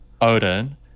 Odin